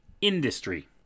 industry